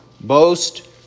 boast